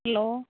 hello